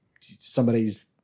somebody's